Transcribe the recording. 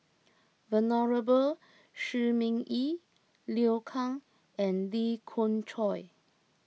Venerable Shi Ming Yi Liu Kang and Lee Khoon Choy